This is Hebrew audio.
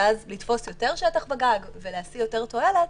ואז לתפוס יותר שטח בגג ולהשיא יותר תועלת.